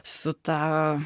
su ta